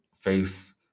face